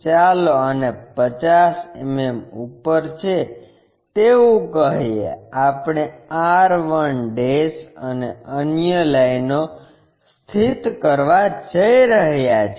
ચાલો આને 50 mm ઉપર છે તેવું કહીએ આપણે r 1 અને અન્ય લાઇનો સ્થીત કરવા જઈ રહ્યાં છીએ